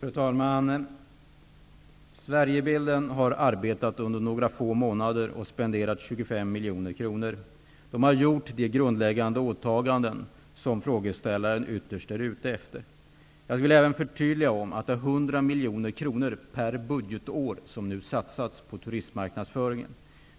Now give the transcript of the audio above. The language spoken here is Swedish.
Fru talman! Sverigebilden har arbetat under några få månader och har spenderat 25 miljoner kronor. Företaget har uppfyllt de grundläggande åtaganden som frågeställaren ytterst är ute efter. Jag vill även göra det förtydligandet att det är 100 miljoner kronor per budgetår som nu satsas på turismmarknadsföringen.